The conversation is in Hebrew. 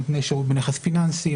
נותני שירות בנכס פיננסי,